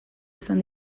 izan